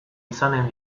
izanen